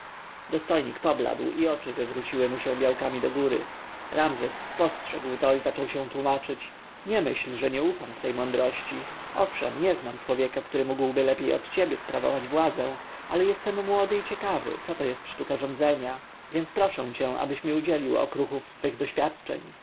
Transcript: dostojnik pobladł i oczy wywróciły mu się białkami do góry ramzes spostrzegł to i zaczął się tłomaczyć nie myśl że nie ufam twej mądrości owszem nie znam człowieka który mógłby lepiej od ciebie sprawować władzę ale jestem młody i ciekawy co to jest sztuka rządzenia więc proszę cię abyś mi udzielił okruchów z twoich doświadczeń